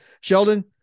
Sheldon